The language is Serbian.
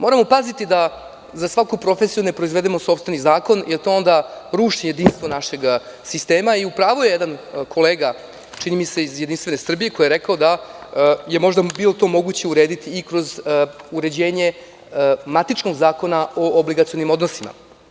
Moramo paziti da za svaku profesiju ne sprovedemo sopstveni zakon jer to onda ruši jedinstvo našeg sistema i u pravu je jedan naš kolega, čini mi se iz JS, koji je rekao da bi to možda bilo moguće urediti i kroz uređenje matičnog Zakona o obligacionim odnosima.